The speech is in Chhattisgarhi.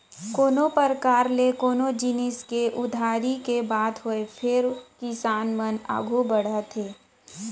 कोनों परकार ले कोनो जिनिस के उधारी के बात होय फेर किसान मन आघू बढ़त हे